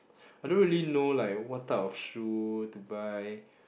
I don't really know like what type of shoe to buy